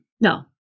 No